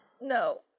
no